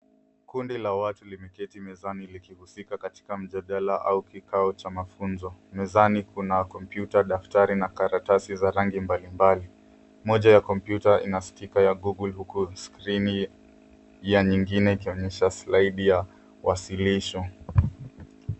Kundi la watu limeketi mezani likihusika katika mjadala au kikao cha mafunzo. Mezani kuna kompyuta, daftari na karatasi za rangi mbalimbali. Moja ya kompyuta ina sticker ya google huku skrini ya nyingine ikionyesha slide ya wasilisho.